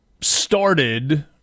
started